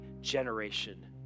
generation